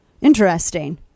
Interesting